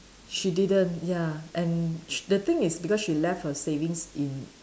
she didn't ya and sh~ the thing is because she left her savings in